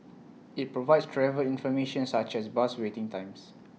IT provides travel information such as bus waiting times